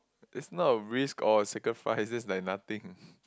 it's not a risk or sacrifices like nothing